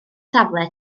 safle